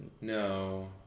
No